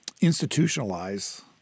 institutionalize